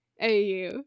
AU